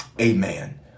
amen